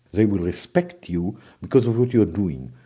they will respect you because of what you are doing.